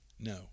No